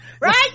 right